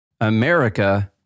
America